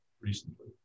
recently